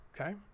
okay